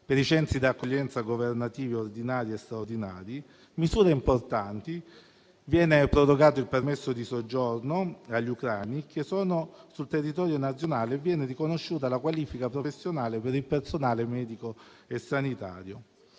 per i centri di accoglienza governativi ordinari e straordinari. Vengono adottate misure importanti: viene prorogato il permesso di soggiorno agli ucraini che sono sul territorio nazionale e viene riconosciuta la qualifica professionale per il personale medico e sanitario